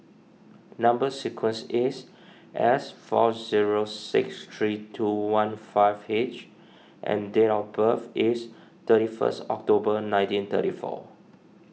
Number Sequence is S four zero six three two one five H and date of birth is thirty first October nineteen thirty four